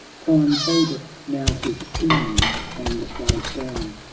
time foldeth now his pinions, and lies down,